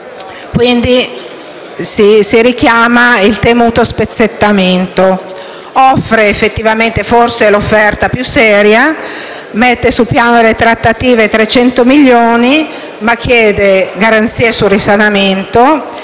Quindi, si richiama il tema dello spezzettamento. Presenta effettivamente forse l'offerta più seria. Mette sul piano delle trattative 300 milioni, ma chiede garanzie sul risanamento e